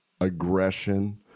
aggression